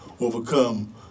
overcome